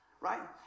Right